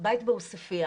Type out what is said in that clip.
בית בעוספיה